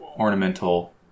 Ornamental